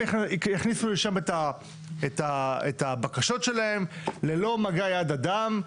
יכניסו לשם את הבקשות שלהם ללא מגע יד אדם.